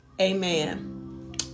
Amen